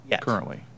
currently